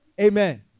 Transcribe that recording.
Amen